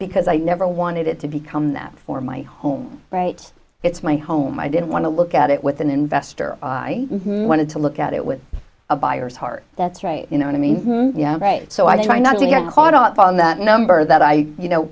because i never wanted it to become that for my home right it's my home i didn't want to look at it with an investor i wanted to look at it with a buyer's heart that's right you know i mean so i try not to get caught up on that number that i you know